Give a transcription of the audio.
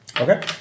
Okay